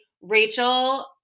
Rachel –